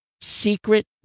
secret